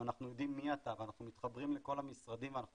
אם אנחנו יודעים מי אתה ואנחנו מתחברים לכל המשרדים ואנחנו